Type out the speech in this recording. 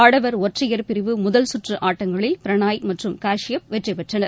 ஆடவர் ஒற்றையர் பிரிவு முதல் சுற்று ஆட்டங்களில் பிரணாய் மற்றும் காசியப் வெற்றிபெற்றனர்